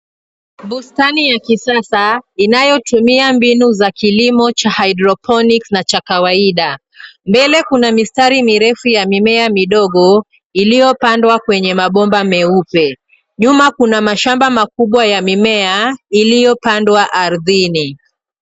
Bustani ya kisasa inayotumia mbinu za kilimo cha hydroponics na cha kawaida. Mbele kuna mistari mirefu ya mimea midogo, iliyopandwa kwenye mabomba meupe. Nyuma kuna mashamba makubwa ya mimea iliyopandwa ardhini.